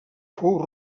fou